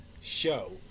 show